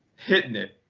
hitting it.